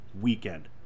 weekend